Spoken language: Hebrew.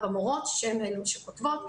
ארבע מורות שהן אלה שכותבות,